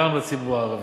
גם לציבור הערבי.